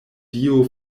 dio